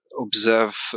observe